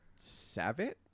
Savit